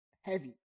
Heavy